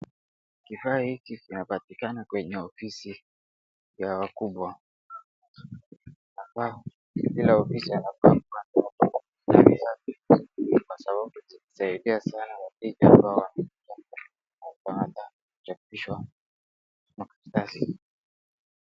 Kifaa hiki kinapatikana kwenye ofisi ya wakubwa, kila ofisi inafaa kuwa na kifaa hiki kwa sababu itasaidia sana wateja ambao wanataka kuchapisha karatasi.